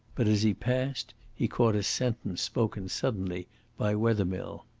but as he passed he caught a sentence spoken suddenly by wethermill.